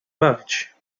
bawić